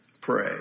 Pray